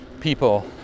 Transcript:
people